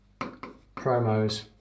promos